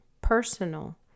personal